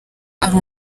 ari